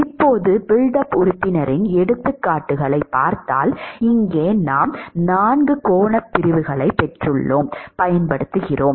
இப்போது build up உறுப்பினரின் எடுத்துக்காட்டுகளைப் பார்த்தால் இங்கே நாம 4 கோணப் பிரிவு 4 கோணப் பகுதியைப் பயன்படுத்தலாம்